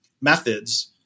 methods